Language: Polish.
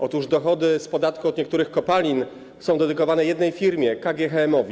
Otóż dochody z podatku od niektórych kopalin są dedykowane jednej firmie, tj. KGHM.